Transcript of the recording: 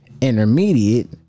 Intermediate